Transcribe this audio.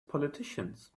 politicians